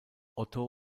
otto